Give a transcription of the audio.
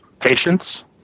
Patience